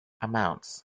amounts